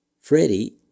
Freddie